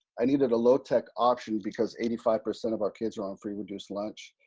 i needed a low tech option, because eighty five percent of our kids are on free reduced lunch.